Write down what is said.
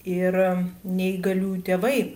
ir neįgaliųjų tėvai